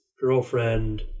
girlfriend